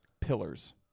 pillars